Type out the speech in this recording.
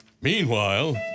Meanwhile